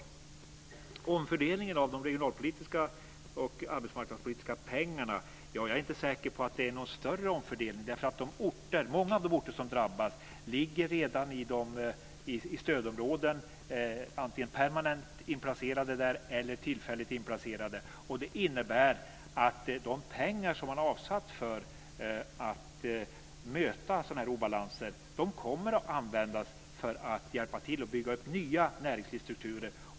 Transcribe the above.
Sedan gäller det omfördelningen av de regionalpolitiska och arbetsmarknadspolitiska pengarna. Jag är inte säker på att det är någon större omfördelning. Många av de orter som drabbas ligger redan i stödområden, antingen permanent inplacerade eller tillfälligt inplacerade. Det innebär att de pengar som man har avsatt för att möta sådana här obalanser kommer att användas för att hjälpa till och bygga upp nya näringslivsstrukturer.